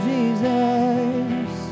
Jesus